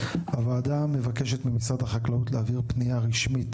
6. הוועדה מבקשת ממשרד החקלאות להעביר פנייה רשמית